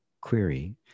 query